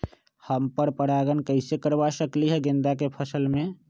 हम पर पारगन कैसे करवा सकली ह गेंदा के फसल में?